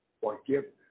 Forgiveness